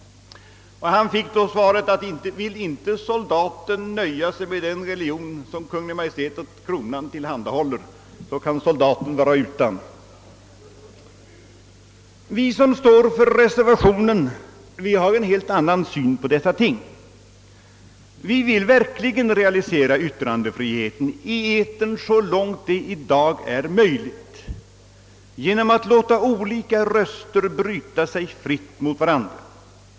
Han fick då svaret: »Vill inte soldaten nöja sig med den religion som Kungl. Maj:t och Kronan tillhandahåller, så kan soldaten vara utan.» Vi som står för reservationen har en helt annan syn på dessa ting. Vi vill verkligen realisera yttrandefriheten i etern så långt det i dag är möjligt genom att låta olika röster bryta sig fritt mot varandra.